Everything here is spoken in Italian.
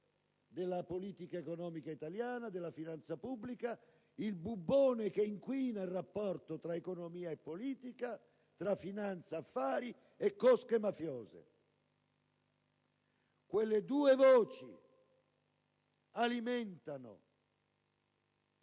della politica economica italiana e della finanza pubblica: il bubbone che inquina il rapporto tra economia e politica, tra finanza e affari e cosche mafiose. Quelle due voci alimentano